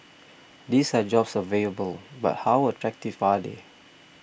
these are jobs available but how attractive are they